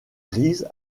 grises